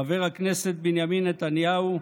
חבר הכנסת בנימין נתניהו,